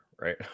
right